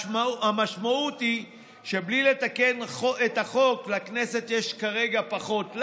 המשמעות היא שבלי לתקן את החוק לכנסת יש כרגע פחות,